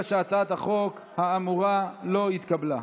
43. אני קובע שהצעת החוק האמורה לא התקבלה.